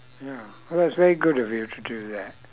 ya well it's very good of you to do that